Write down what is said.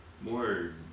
more